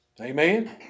Amen